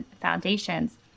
foundations